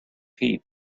heat